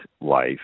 life